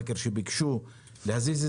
מכביש 6 לקחו מיליארד שקל שהיה אמור